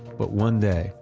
but one day,